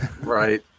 Right